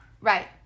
Right